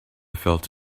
felt